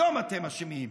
היום אתם אשמים.